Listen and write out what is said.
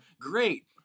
great